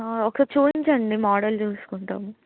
ఒక చూపించండి మోడల్ చూసుకుంటాము